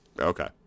Okay